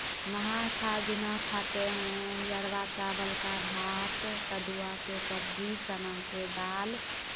नहाय खाय दिना खाते हैं ई अरबा चावल का भात कदुआ के सब्जी चना के दाल